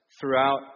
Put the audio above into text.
throughout